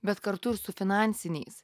bet kartu ir su finansiniais